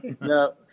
No